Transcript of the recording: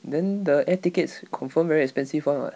then the air tickets confirm very expensive [one] [what]